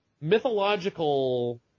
mythological